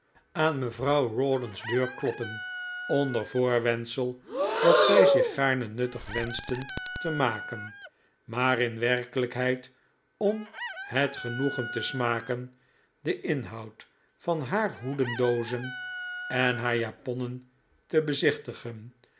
aan mevrouw rawdon's deur kloppen onder voorwendsel dat zij zich gaarne nuttig wenschten te maken maar in werkelijkheid om het genoegen te smaken den inhoud van haar hoedendoozen en haar japonnen te bezichtigen